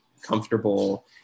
Comfortable